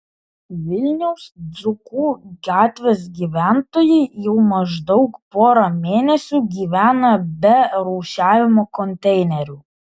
vilniaus dzūkų gatvės gyventojai jau maždaug porą mėnesių gyvena be rūšiavimo konteinerių